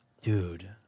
Dude